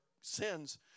sins